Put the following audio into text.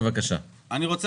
בבקשה.